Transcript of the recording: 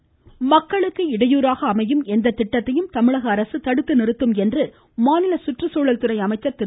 அமைச்சர்கள் மக்களுக்கு இடையூறாக அமையும் எந்த திட்டத்தையும் தமிழகஅரசு தடுத்து நிறுத்தும் என்று மாநில சுற்றுச்சூழல்துறை அமைச்சர் திரு